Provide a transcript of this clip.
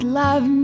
love